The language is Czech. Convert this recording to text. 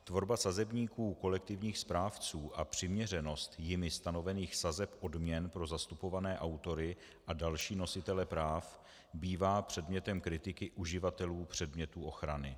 Tvorba sazebníků kolektivních správců a přiměřenost jimi stanovených sazeb odměn pro zastupované autory a další nositele práv bývá předmětem kritiky uživatelů předmětu ochrany.